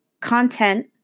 content